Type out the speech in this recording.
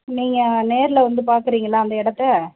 நீங்கள் நேரில் வந்து பார்க்குறீங்களா அந்த இடத்த